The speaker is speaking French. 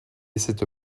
cette